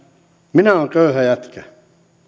minä olen köyhä jätkä